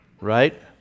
right